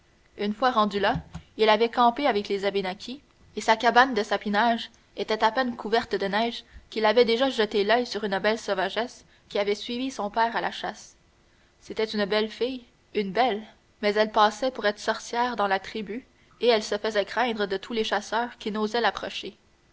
une fois rendu là il avait campé avec les abénakis et sa cabane de sapinages était à peine couverte de neige qu'il avait déjà jeté l'oeil sur une belle sauvagesse qui avait suivi son père à la chasse c'était une belle fille une belle mais elle passait pour être sorcière dans la tribu et elle se faisait craindre de tous les chasseurs qui n'osaient l'approcher